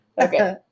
Okay